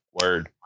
word